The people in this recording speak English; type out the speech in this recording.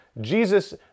Jesus